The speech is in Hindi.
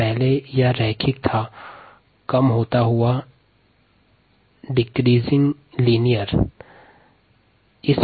पहले ये घटता हुआ रेखीय रेखा प्रदर्शित करता है